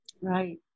Right